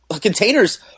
containers